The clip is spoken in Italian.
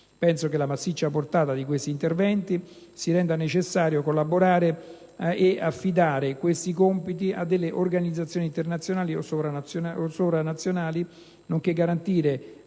Proprio per la massiccia portata di questi interventi si rende necessario collaborare e affidare questi compiti a delle organizzazioni internazionali o sovranazionali, nonché garantire